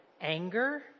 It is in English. anger